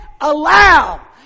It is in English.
allow